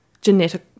genetic